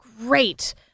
great